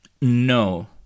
no